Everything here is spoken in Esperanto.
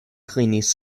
klinis